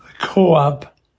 co-op